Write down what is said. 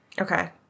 Okay